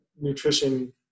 nutrition